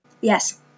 Yes